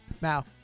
now